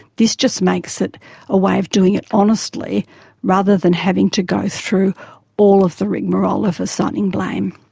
this just makes it a way of doing it honestly rather than having to go through all of the rigmarole of assigning blame.